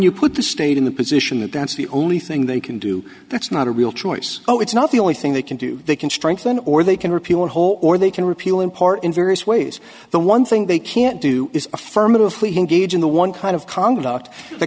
you put the state in the position that that's the only thing they can do that's not a real choice oh it's not the only thing they can do they can strengthen or they can repeal whole or they can repeal in part in various ways the one thing they can't do is affirmatively engage in the one kind of conduct the